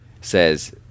says